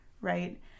right